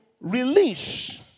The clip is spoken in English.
release